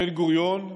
בן-גוריון,